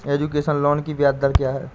Education loan की ब्याज दर क्या है?